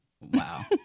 Wow